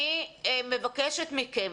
אני מבקשת מכם,